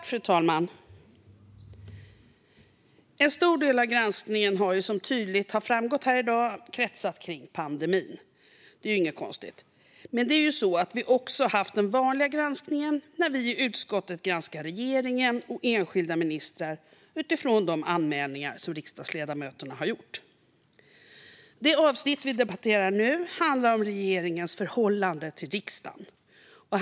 Fru talman! En stor del av granskningen har som tydligt framgått kretsat kring pandemin, och det är inte konstigt. Men vi har ju också haft den vanliga granskningen när vi i utskottet granskar regeringen och enskilda ministrar utifrån de anmälningar som riksdagsledamöter har gjort. Det avsnitt vi nu debatterar handlar om regeringens förhållande till riksdagen.